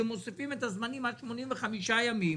שמוסיפים את הזמנים עד 85 ימים,